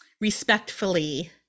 respectfully